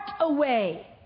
away